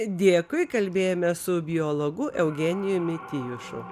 dėkui kalbėjomės su biologu eugenijumi tijušu